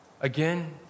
Again